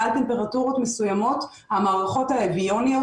מעל טמפרטורות מסוימות המערכות האוויוניות,